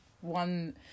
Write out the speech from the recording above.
one